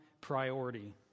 priority